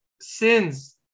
sins